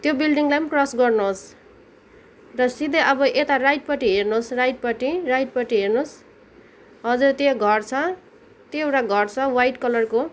त्यो बिल्डिङलाई पनि क्रस गर्नुहोस् र सिधै अब यता राइटपट्टि हेर्नुहोस् राइटपट्टि राइटपट्टि हेर्नुहोस् हजुर त्यो घर छ त्यो एउटा घर छ वाइट कलरको